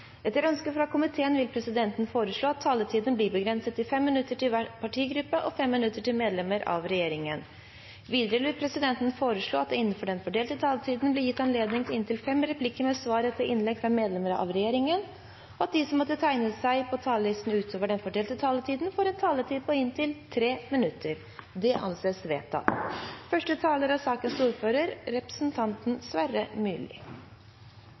Etter ønske fra transport- og kommunikasjonskomiteen vil presidenten foreslå at taletiden blir begrenset til 5 minutter til hver partigruppe og 5 minutter til medlemmer av regjeringen. Videre vil presidenten foreslå at det blir gitt anledning til fem replikker med svar etter innlegg fra medlemmer av regjeringen innenfor den fordelte taletid og at de som måtte tegne seg på talerlisten utover den fordelte taletid, får en taletid på inntil 3 minutter. – Det anses vedtatt. Første taler er representanten Sverre Myrli,